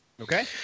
Okay